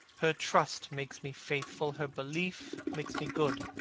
her trust makes me faithful, her belief makes me good.